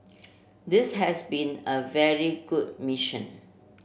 this has been a very good mission